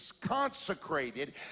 Consecrated